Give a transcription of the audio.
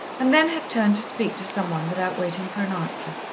and then had turned to speak to some one without waiting for an answer.